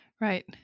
Right